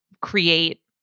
create